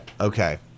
Okay